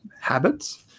habits